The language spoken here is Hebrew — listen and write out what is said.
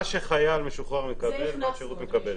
מה שחייל משוחרר מקבל בת שירות מקבלת.